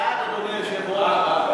ועדת הכנסת, בעד, אדוני היושב-ראש?